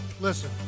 Listen